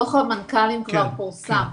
דוח המנכ"לים כבר פורסם,